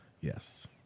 Yes